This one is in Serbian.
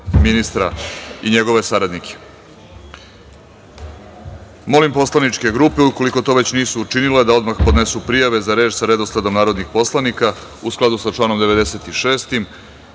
ministra i njegove saradnike. Molim poslaničke grupe, ukoliko to već nisu učinile da odmah podnesu prijave za reč sa redosledom narodnih poslanika, u skladu sa članom